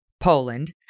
Poland